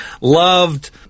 loved